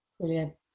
Brilliant